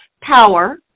Power